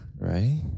right